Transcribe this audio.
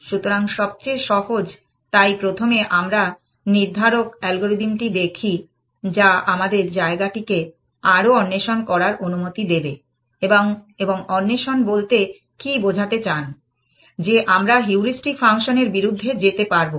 সুতরাং সবচেয়ে সহজ তাই প্রথমে আমরা নির্ধারক অ্যালগরিদমটি দেখি যা আমাদের জায়গাটিকে আরও অন্বেষণ করার অনুমতি দেবে এবং অন্বেষণ বলতে কি বোঝাতে চান যে আমরা হিউরিষ্টিক ফাংশনের বিরুদ্ধে যেতে পারবো